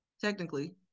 Technically